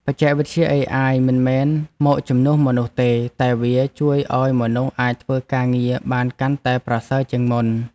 បច្ចេកវិទ្យាអេអាយមិនមែនមកជំនួសមនុស្សទេ តែវាជួយឱ្យមនុស្សអាចធ្វើការងារបានកាន់តែប្រសើរជាងមុន។